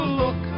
look